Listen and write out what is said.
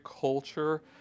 culture